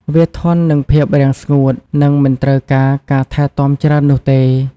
វាធន់នឹងភាពរាំងស្ងួត និងមិនត្រូវការការថែទាំច្រើននោះទេ។